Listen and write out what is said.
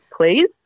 please